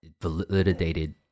validated